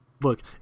Look